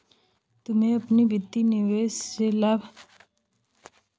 तुम्हे अपने वित्तीय निवेश से लाभ लेने के लिए उसे सही जगह लगाना है तो बाज़ार के उतार चड़ाव को समझकर लगाओ